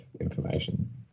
information